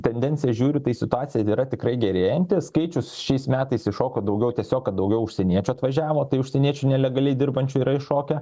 tendenciją žiūriu tai situacija yra tikrai gerėjanti skaičius šiais metais iššoko daugiau tiesiog kad daugiau užsieniečių atvažiavo tai užsieniečių nelegaliai dirbančių yra iššokę